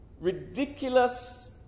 ridiculous